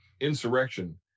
insurrection